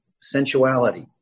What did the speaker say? sensuality